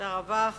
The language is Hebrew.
תודה רבה.